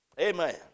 Amen